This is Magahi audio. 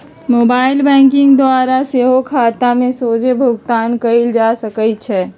मोबाइल बैंकिंग द्वारा सेहो खता में सोझे भुगतान कयल जा सकइ छै